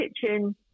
kitchen